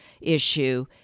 issue